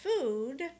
food